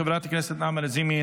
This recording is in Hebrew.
חברת הכנסת נעמה לזימי,